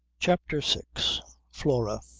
chapter six flora